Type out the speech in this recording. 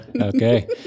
Okay